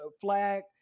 flag